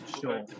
Sure